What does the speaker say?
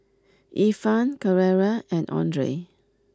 Ifan Carrera and Andre